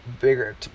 bigger